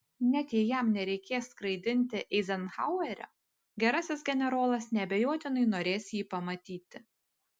net jei jam nereikės skraidinti eizenhauerio gerasis generolas neabejotinai norės jį pamatyti